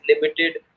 limited